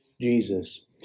Jesus